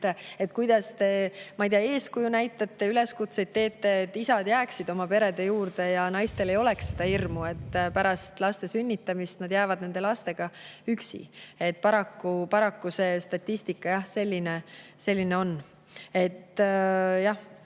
et kuidas te eeskuju näitate ja üleskutseid teete, et isad jääksid oma perede juurde ja naistel ei oleks hirmu, et pärast laste sünnitamist nad jäävad lastega üksi. Paraku see statistika selline on.